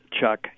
chuck